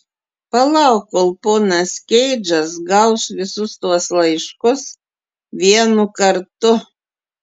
palauk kol ponas keidžas gaus visus tuos laiškus vienu kartu